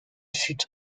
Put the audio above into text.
fut